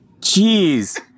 Jeez